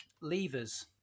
levers